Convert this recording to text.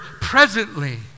presently